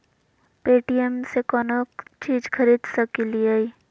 Paytm से कौनो चीज खरीद सकी लिय?